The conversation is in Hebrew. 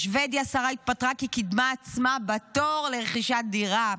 בשבדיה שרה התפטרה כי קידמה עצמה בתור לרכישת דירה,